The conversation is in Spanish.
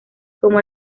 como